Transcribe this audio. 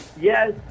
yes